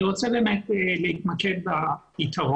אני רוצה באמת להתמקד ביתרון